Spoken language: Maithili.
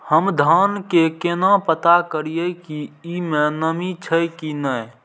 हम धान के केना पता करिए की ई में नमी छे की ने?